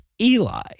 Eli